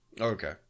Okay